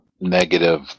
negative